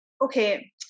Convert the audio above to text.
Okay